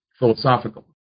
philosophical